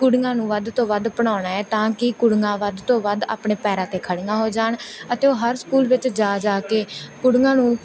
ਕੁੜੀਆਂ ਨੂੰ ਵੱਧ ਤੋਂ ਵੱਧ ਪੜ੍ਹਾਉਣਾ ਹੈ ਤਾਂ ਕਿ ਕੁੜੀਆਂ ਵੱਧ ਤੋਂ ਵੱਧ ਆਪਣੇ ਪੈਰਾਂ 'ਤੇ ਖੜੀਆਂ ਹੋ ਜਾਣ ਅਤੇ ਉਹ ਹਰ ਸਕੂਲ ਵਿੱਚ ਜਾ ਜਾ ਕੇ ਕੁੜੀਆਂ ਨੂੰ